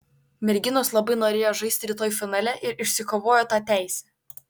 merginos labai norėjo žaisti rytoj finale ir išsikovojo tą teisę